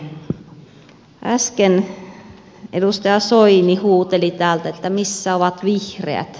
äsken edustaja soini huuteli täältä missä ovat vihreät